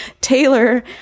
Taylor